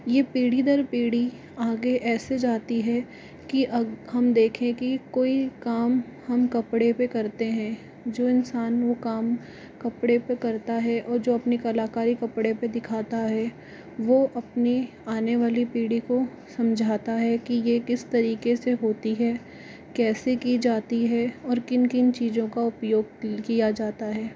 ये पीढ़ी दर पीढ़ी आगे ऐसे जाती है कि अग हम देखें कि कोई काम हम कपड़े पर करते हैं जो इंसान वह काम कपड़े पर करता है और जो अपनी कलाकारी कपड़े पर दिखाता है वो अपनी आने वाली पीढ़ी को समझाता है कि यह किस तरीके से होती है कैसे की जाती है और किन किन चीज़ों का उपयोग किया जाता है